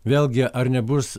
vėlgi ar nebus